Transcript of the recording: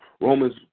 Romans